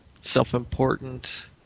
self-important